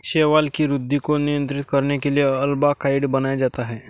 शैवाल की वृद्धि को नियंत्रित करने के लिए अल्बिकाइड बनाया जाता है